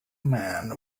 man